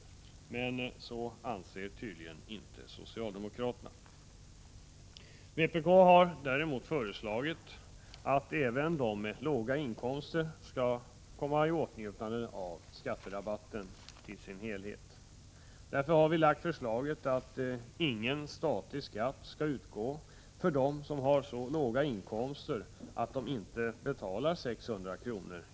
Men så anser tydligen inte socialdemokraterna. Vpk har däremot föreslagit att även människor med låga inkomster skall komma i åtnjutande av skatterabatten fullt ut. Därför har vi framlagt förslaget att ingen statlig skatt skall utgå för dem som har så låga inkomster att de inte betalar 600 kr.